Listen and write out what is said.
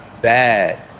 bad